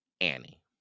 Annie